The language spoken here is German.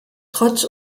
trotz